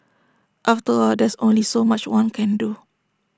after all there's only so much one can do